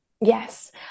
yes